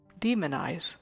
demonize